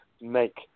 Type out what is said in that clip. make